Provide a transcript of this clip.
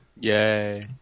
Yay